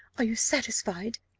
are you satisfied?